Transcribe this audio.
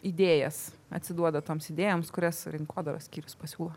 idėjas atsiduoda toms idėjoms kurias rinkodaros skyrius pasiūlo